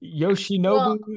Yoshinobu